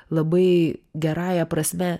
labai gerąja prasme